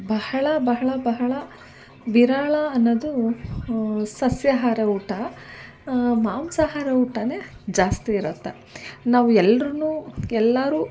ಬಹಳ ಬಹಳ ಬಹಳ ವಿರಳ ಅನ್ನೋದು ಸಸ್ಯಹಾರ ಊಟ ಮಾಂಸಹಾರ ಊಟವೇ ಜಾಸ್ತಿ ಇರುತ್ತೆ ನಾವು ಎಲ್ರೂ ಎಲ್ಲರೂ